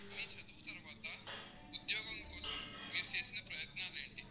మీ చదువు తరువాత ఉద్యోగం కోసం మీరు చేసిన ప్రయత్నాలు ఏంటి